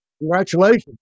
Congratulations